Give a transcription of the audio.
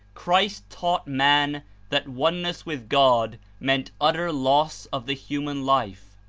christ taught man that oneness with god meant utter loss of the human life.